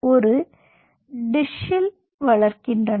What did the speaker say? மயோட்யூப்கள் ஒரு டிஷில் வளர்க்கின்றன